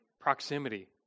proximity